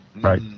right